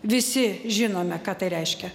visi žinome ką tai reiškia